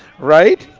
right.